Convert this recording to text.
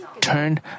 turn